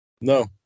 No